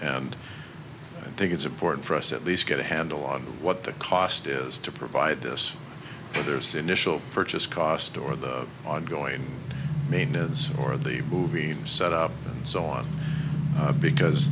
and i think it's important for us at least get a handle on what the cost is to provide this and there's initial purchase cost or the ongoing maintenance or the set up so on because